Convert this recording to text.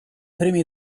primi